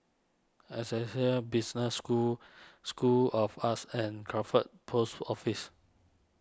Essec Business School School of Arts and Crawford Post Office